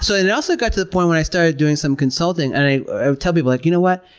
so and it also got to the point when i started doing some consulting and i would tell people, like you know what?